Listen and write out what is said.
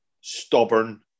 stubborn